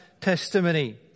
testimony